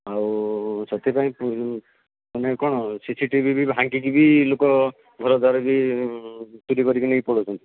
ଆଉ ସେଥି ପାଇଁ ମାନେ କ'ଣ ସିସି ଟିଭି ବି ଭାଙ୍ଗିକି ବି ଲୋକ ଘର ଦ୍ବାର ବି ଚୋରି କରିକି ନେଇ ପଳଉଛନ୍ତି